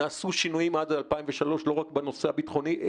נעשו שינויים עד 2003 לא רק בנושא הביטחוני,